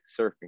surfing